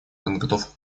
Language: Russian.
подготовку